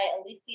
Alicia